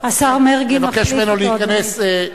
מבקש ממנו להיכנס.